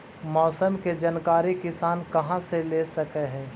मौसम के जानकारी किसान कहा से ले सकै है?